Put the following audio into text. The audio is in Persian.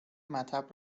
مطب